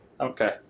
Okay